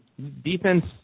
Defense